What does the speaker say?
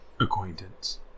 Acquaintance